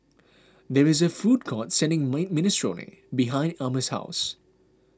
there is a food court selling mine Minestrone behind Almus' house